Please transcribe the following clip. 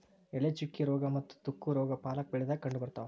ಎಲೆ ಚುಕ್ಕಿ ರೋಗಾ ಮತ್ತ ತುಕ್ಕು ರೋಗಾ ಪಾಲಕ್ ಬೆಳಿದಾಗ ಕಂಡಬರ್ತಾವ